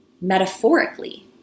metaphorically